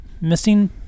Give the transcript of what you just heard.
missing